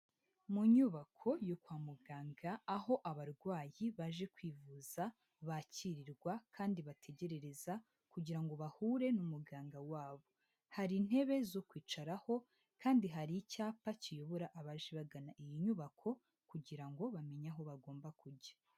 Mu nyubako yo kwa muganga aho abarwayi baje kwivuza bakirirwa kandi bategerereza kugira ngo bahure n'umuganga wabo, hari intebe zo kwicaraho kandi hari icyapa kiyobora abaje bagana iyi nyubako kugira ngo bamenye aho bagomba kujya.